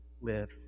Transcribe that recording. live